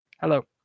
Hello